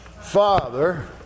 Father